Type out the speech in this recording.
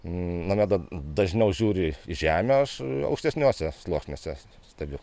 nomeda dažniau žiūri į žemę aš aukštesniuosiuose sluoksniuose stebiu